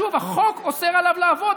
החוק אוסר עליו לעבוד,